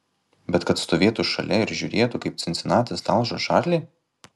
bet kad stovėtų šalia ir žiūrėtų kaip cincinatis talžo čarlį